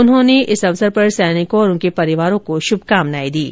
उन्होंने इस अवसर पर सैनिकों और उनके परिवारो को शुभकामनाए दीं